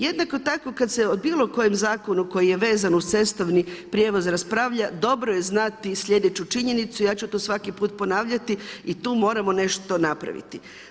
Jednako tako kada se o bilo kojem zakonu koji je vezan uz cestovni prijevoz raspravlja dobro je znati sljedeću činjenicu i ja ću to svaki put ponavljati i tu moramo nešto napraviti.